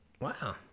Wow